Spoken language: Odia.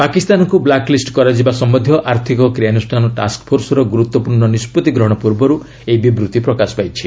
ପାକିସ୍ତାନକୁ ବ୍ଲାକ୍ ଲିଷ୍ କରାଯିବା ସମ୍ଭନ୍ଧୀୟ ଆର୍ଥିକ କ୍ରିୟାନୁଷ୍ଠାନ ଟାସ୍କଫୋର୍ସର ଗୁରୁତ୍ୱପୂର୍ଣ୍ଣ ନିଷ୍କଭି ଗ୍ରହଣ ପୂର୍ବରୁ ଏହି ବିବୃଭି ପ୍ରକାଶ ପାଇଛି